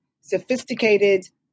sophisticated